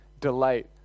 delight